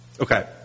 Okay